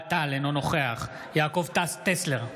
אוהד טל, אינו נוכח יעקב טסלר,